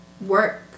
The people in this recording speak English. work